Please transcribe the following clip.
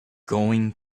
going